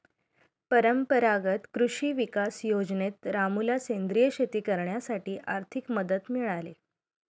परंपरागत कृषी विकास योजनेत रामूला सेंद्रिय शेती करण्यासाठी आर्थिक मदत मिळाली